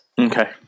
Okay